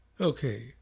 Okay